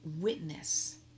witness